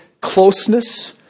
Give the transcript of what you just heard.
closeness